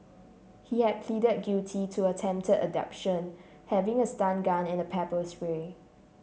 he had pleaded guilty to attempted abduction having a stun gun and a pepper spray